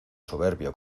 soberbio